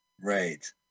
Right